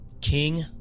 King